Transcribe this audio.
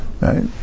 right